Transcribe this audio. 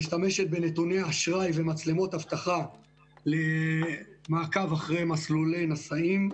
משתמשת בנתוני אשראי ומצלמות אבטחה למעקב אחרי מסלולי נשאים,